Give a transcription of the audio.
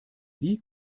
wie